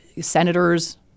senators